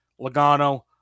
Logano